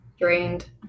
Drained